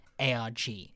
ARG